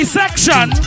section